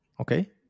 okay